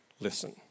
listen